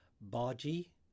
Baji